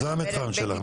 במקרים שיש תוכניות,